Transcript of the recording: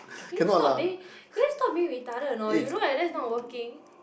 can stop being can you being retarded or not you like that is not working